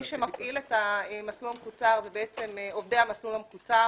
מי שמפעיל את המסלול המקוצר זה בעצם עובדי המסלול המקוצר.